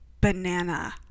banana